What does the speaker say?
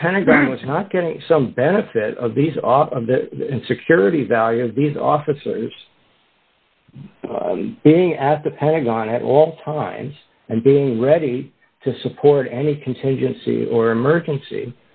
the pentagon was not getting some benefit of these off and security value of these officers being at the pentagon at all times and being ready to support any contingency or emergency